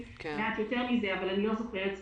מעט יותר מזה אבל אני לא זוכרת ספציפית.